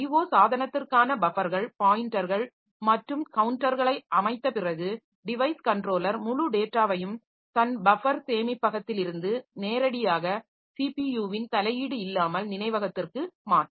IO சாதனத்திற்கான பஃபர்கள் பாயின்ட்டர்கள் மற்றும் கவுண்டர்களை அமைத்த பிறகு டிவைஸ் கன்ட்ரோலர் முழு டேட்டாவையும் தன் பஃபர் சேமிப்பகத்திலிருந்து நேரடியாக சிபியுவின் தலையீடு இல்லாமல் நினைவகத்திற்கு மாற்றும்